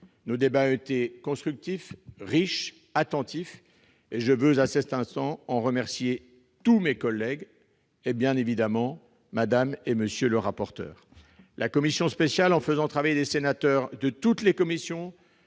Nos débats ont été constructifs, riches, attentifs, et je tiens en cet instant à en remercier tous mes collègues ainsi que, bien évidemment, Mme et M. les rapporteurs. La commission spéciale, en faisant travailler des sénateurs de toutes les commissions